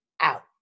out